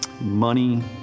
money